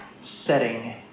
setting